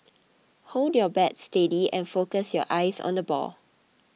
hold your bat steady and focus your eyes on the ball